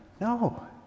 no